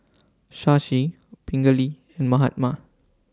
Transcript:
Shashi Pingali and Mahatma